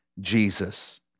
Jesus